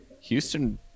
Houston